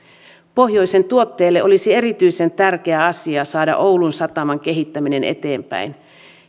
pohjoisen tuotteille olisi erityisen tärkeä asia saada oulun sataman kehittäminen eteenpäin